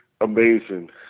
amazing